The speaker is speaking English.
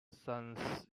science